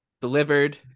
delivered